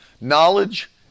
knowledge